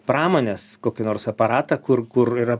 pramonės kokį nors aparatą kur kur yra